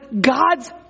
God's